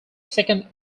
second